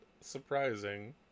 surprising